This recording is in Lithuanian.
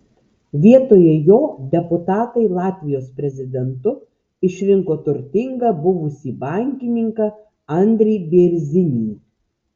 vietoje jo deputatai latvijos prezidentu išrinko turtingą buvusį bankininką andrį bėrzinį